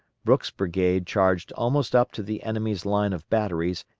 brooks' brigade charged almost up to the enemy's line of batteries,